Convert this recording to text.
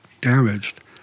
damaged